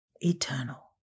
eternal